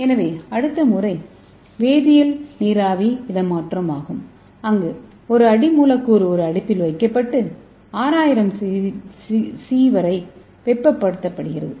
எனவே அடுத்த முறை வேதியியல் நீராவி இடமாற்றம் ஆகும் அங்கு ஒரு அடி மூலக்கூறு ஒரு அடுப்பில் வைக்கப்பட்டு 6000 சி வரை வெப்பப்படுத்தப்படுகிறது